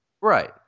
Right